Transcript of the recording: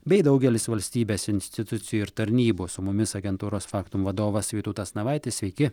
bei daugelis valstybės institucijų ir tarnybų su mumis agentūros factum vadovas vytautas navaitis sveiki